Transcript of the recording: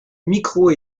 micro